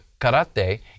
karate